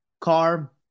car